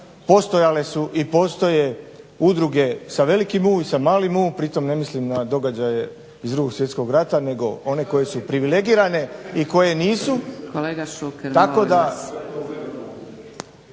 postojale su i postoje udruge sa velikim U i sa malim u, pri tom ne mislim na događaje iz 2.svjetskog rata nego one koje su privilegirane i one koje.